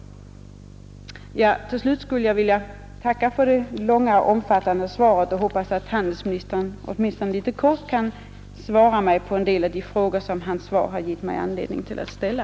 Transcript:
Till slut skulle jag vilja tacka för det långa och utförliga svaret. Jag hoppas att handelsministern, åtminstone kortfattat, kan besvara några av de frågor som hans interpellationssvar har gett mig anledning att ställa.